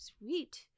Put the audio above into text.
Sweet